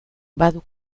badu